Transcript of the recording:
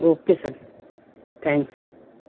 okay sir thanks